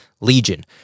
Legion